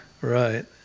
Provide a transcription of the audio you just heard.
Right